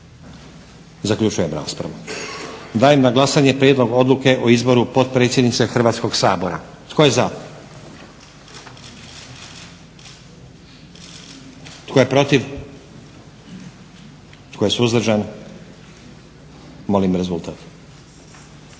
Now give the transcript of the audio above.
Zaključujem raspravu. Dajem na glasanje Prijedlog odluke o izboru potpredsjednice Hrvatskoga sabora. Tko je za? Tko je protiv? Tko je suzdržan? Molim rezultat.